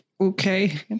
Okay